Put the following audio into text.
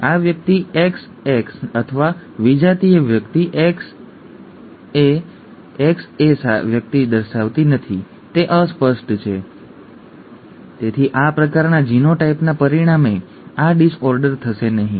આ વ્યક્તિ XAXA અથવા વિજાતીય વ્યક્તિ XAXa વ્યક્તિ દર્શાવતી નથી તે અસ્પષ્ટ છે તેથી આ પ્રકારના જીનોટાઈપના પરિણામે પણ ડિસઓર્ડર થશે નહીં